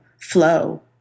flow